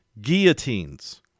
guillotines